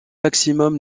maximum